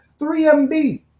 3MB